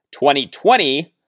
2020